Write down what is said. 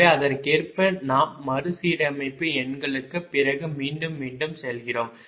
எனவே அதற்கேற்ப நாம் மறுசீரமைப்பு எண்களுக்குப் பிறகு மீண்டும் மீண்டும் செல்கிறோம்